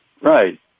Right